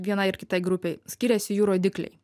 vienai ir kitai grupei skiriasi jų rodikliai